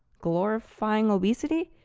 glorifying obesity?